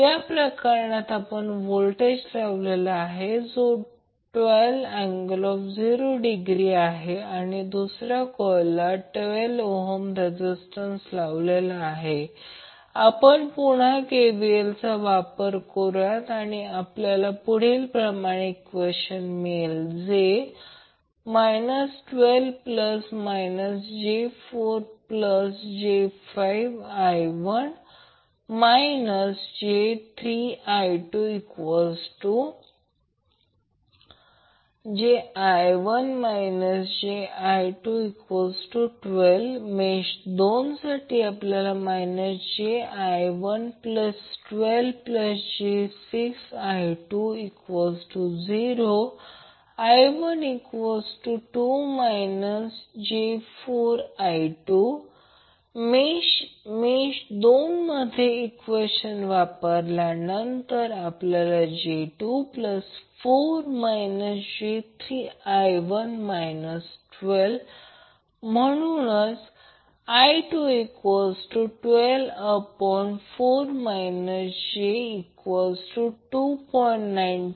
या प्रकरणात आपण व्होल्टेज लावलेला आहे जो 120°आहे आणि दुसऱ्या कॉइलला 12ohm रेझीस्टंस लावलेला आहे आपण पुन्हा KVL चा वापर करूया आपल्याला मिळेल 12 j4j5I1 j3I20⇒jI1 j3I212 मेष 2 साठी j3I112j6I20⇒I1I2 मेष मध्ये मेष 2 ते ईक्वेशन वापरल्यामुळे j24 j3I212 म्हणून I2124 j2